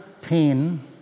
pain